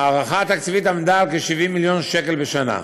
ההערכה התקציבית עמדה על כ-70 מיליון שקל בשנה.